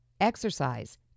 Exercise